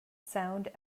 sound